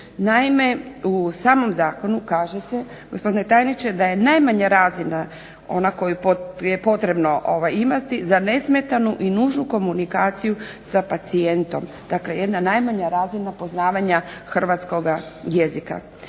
Naime, u samom zakonu kaže se gospodine tajniče, da je najmanja razina ona koju je potrebno imati za nesmetanu i nužnu komunikaciju sa pacijentom. Dakle, jedna najmanja razina poznavanja Hrvatskoga jezika.